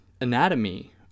anatomy